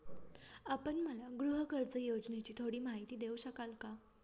आपण मला गृहकर्ज योजनेची थोडी माहिती देऊ शकाल का?